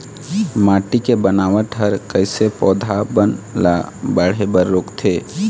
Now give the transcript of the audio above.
माटी के बनावट हर कइसे पौधा बन ला बाढ़े बर रोकथे?